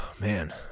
man